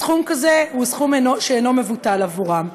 סכום כזה הוא סכום שאינו מבוטל עבורם.